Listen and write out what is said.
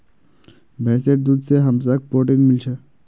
भैंसीर दूध से हमसाक् प्रोटीन मिल छे